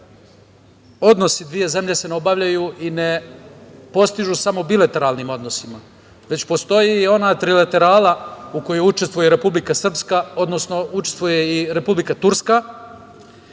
odnosi dve zemlje se ne obavljaju i ne postižu samo bilateralnim odnosima, već postoji i ona trilaterala u kojoj učestvuje i Republika Srpska, odnosno učestvuje i Republika Turska.